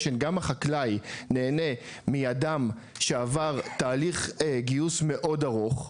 גם החקלאי נהנה מאדם שעבר תהליך גיוס מאוד ארוך,